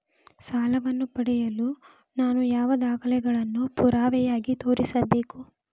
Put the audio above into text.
ಸಾಲವನ್ನು ಪಡೆಯಲು ನಾನು ಯಾವ ದಾಖಲೆಗಳನ್ನು ಪುರಾವೆಯಾಗಿ ತೋರಿಸಬೇಕು?